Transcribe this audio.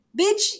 bitch